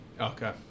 Okay